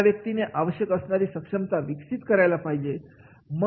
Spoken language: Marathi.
त्या व्यक्तीने आवश्यक असणारी सक्षमता विकसित करायला पाहिजे